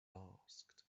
asked